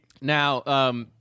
Now